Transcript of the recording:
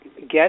get